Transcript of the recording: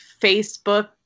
Facebook